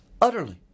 utterly